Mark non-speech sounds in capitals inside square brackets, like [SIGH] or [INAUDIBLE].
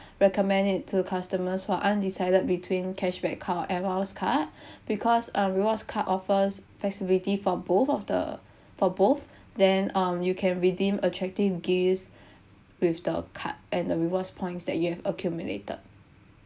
recommend it to customers who are undecided between cashback card Air Miles card [BREATH] because um rewards card offers flexibility for both of the for both [BREATH] then um you can redeem attractive gifts [BREATH] with the card and the rewards points that you have accumulated